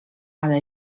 ale